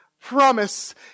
promise